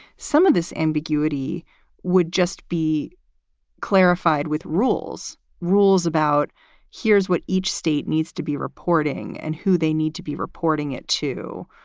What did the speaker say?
some of this ambiguity would just be clarified with rules, rules about here's what each state needs to be reporting and who they need to be reporting it to.